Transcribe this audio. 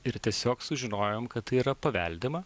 ir tiesiog sužinojom kad tai yra paveldima